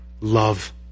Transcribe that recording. love